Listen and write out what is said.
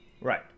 Right